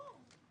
לא.